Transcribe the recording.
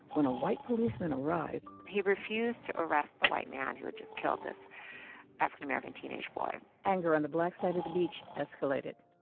when a white policeman arrived. he refused to arrest the white man who had just killed this african american teenage boy anger on the black side of the beach escalated.